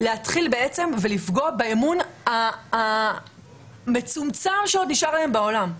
להתחיל ולפגוע באמון המצומצם שעוד נשאר להם בעולם.